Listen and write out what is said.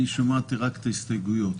שמעתי רק את ההסתייגויות.